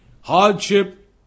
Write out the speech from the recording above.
hardship